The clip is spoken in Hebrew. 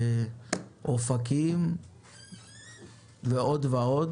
אופקים ועוד ועוד